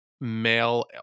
male